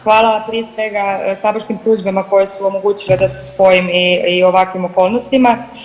Hvala prije svega saborskim službama koje su omogućile da se spojim i u ovakvim okolnostima.